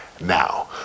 now